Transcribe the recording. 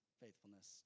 faithfulness